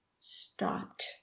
stopped